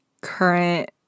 current